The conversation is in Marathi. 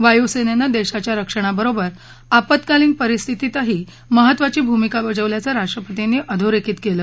वायूसाहा दशव्या रक्षणाबरोबर आपतकालीन परिस्थितीतही महत्वाची भुमिका बजावल्याचं राष्ट्रपतीनी अधोरखीत कल्ल